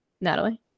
Natalie